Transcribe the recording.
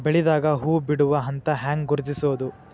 ಬೆಳಿದಾಗ ಹೂ ಬಿಡುವ ಹಂತ ಹ್ಯಾಂಗ್ ಗುರುತಿಸೋದು?